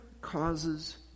causes